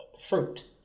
fruit